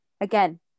again